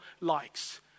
likes